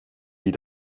wie